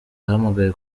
yahamagaye